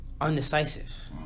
undecisive